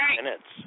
minutes